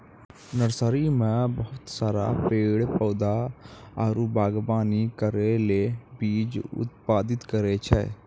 nursery मे बहुत सारा पेड़ पौधा आरु वागवानी करै ले बीज उत्पादित करै छै